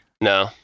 No